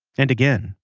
and again.